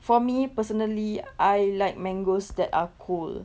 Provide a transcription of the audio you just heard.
for me personally I like mangoes that are cold